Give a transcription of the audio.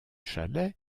chalais